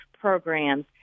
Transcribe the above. programs